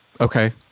okay